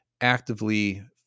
actively